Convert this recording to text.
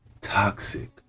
toxic